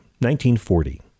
1940